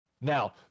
Now